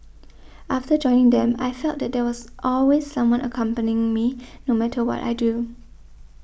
after joining them I felt that there was always someone accompanying me no matter what I do